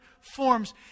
forms